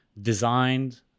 designed